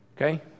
Okay